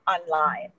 online